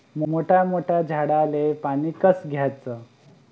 मोठ्या मोठ्या झाडांले पानी कस द्याचं?